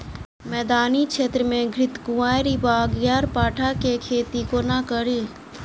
मैदानी क्षेत्र मे घृतक्वाइर वा ग्यारपाठा केँ खेती कोना कड़ी?